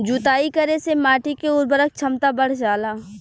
जुताई करे से माटी के उर्वरक क्षमता बढ़ जाला